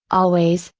always,